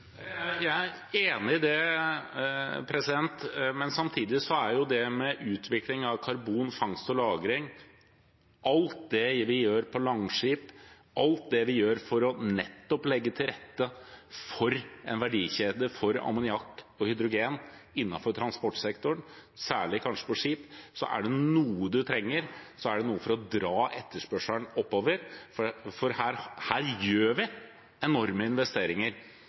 Jeg er enig i det, men samtidig: Er det noe man trenger med hensyn til utvikling av karbonfangst og -lagring, alt det vi gjør med tanke på Langskip, alt det vi gjør for nettopp å legge til rette for en verdikjede for ammoniakk og hydrogen innenfor transportsektoren, kanskje særlig for skip, er det noe for å dra etterspørselen oppover, for her gjør vi enorme investeringer.